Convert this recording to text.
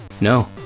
No